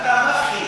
אתה המפחיד.